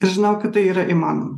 žinau kad tai yra įmanoma